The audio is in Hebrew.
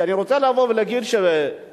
שאני רוצה לבוא ולהגיד שלפני,